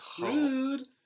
Rude